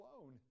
alone